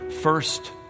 First